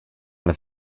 have